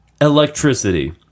electricity